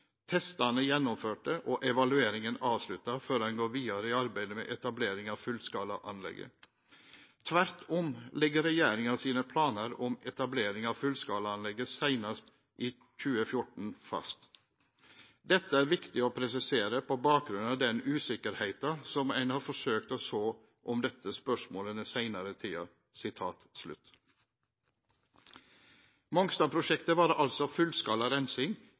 testane gjennomførde og evalueringa avslutta før ein går vidare i arbeidet med etablering av fullskalaanlegget. Tvert om ligg Regjeringa sine planar om etablering av eit fullskalaanlegg seinast i 2014 fast. Dette er det viktig å presisere på bakgrunn av den usikkerheita som ein har forsøkt å så om dette spørsmålet den seinare tida.» Mongstadprosjektet var altså